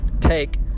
take